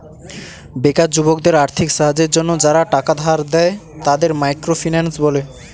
বেকার যুবকদের আর্থিক সাহায্যের জন্য যারা টাকা ধার দেয়, তাদের মাইক্রো ফিন্যান্স বলে